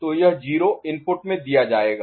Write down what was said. तो यह 0 इनपुट में दिया जाएगा